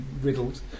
riddled